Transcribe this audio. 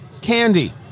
candy